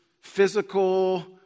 physical